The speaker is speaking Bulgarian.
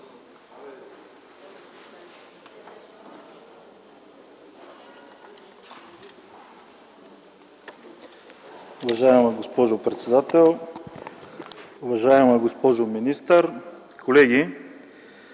Уважаеми господин председател, уважаема госпожо министър, колеги!